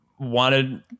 Wanted